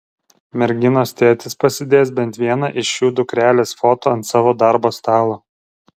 merginos tėtis pasidės bent vieną iš šių dukrelės foto ant savo darbo stalo